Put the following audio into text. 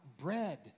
bread